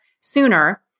sooner